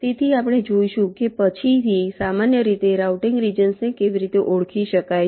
તેથી આપણે જોઈશું કે પછીથી સામાન્ય રીતે રાઉટીંગ રિજન્સને કેવી રીતે ઓળખી શકાય છે